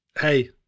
Hey